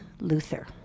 Luther